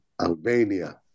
Albania